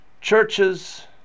churches